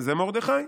זה מרדכי.